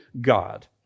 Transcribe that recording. God